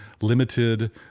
limited